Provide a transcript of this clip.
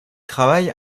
travaille